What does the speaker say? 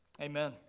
Amen